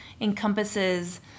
encompasses